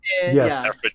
Yes